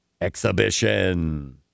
exhibition